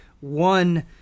one